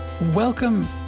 Welcome